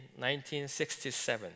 1967